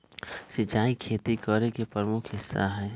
सिंचाई खेती करे के प्रमुख हिस्सा हई